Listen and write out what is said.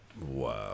Wow